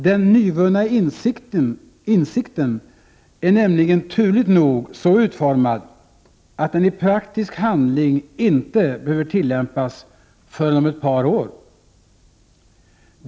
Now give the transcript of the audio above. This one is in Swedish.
Den nyvunna insikten är nämligen turligt nog utformad så, att den i praktisk handling inte behöver tillämpas förrän om ett par år.